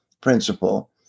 principle